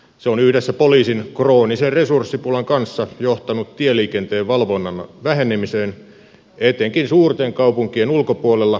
se on yhdessä poliisin kroonisen resurssipulan kanssa johtanut tieliikenteen valvonnan vähenemiseen etenkin suurten kaupunkien ulkopuolella ja maaseudulla